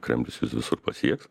kremlius jus visur pasieks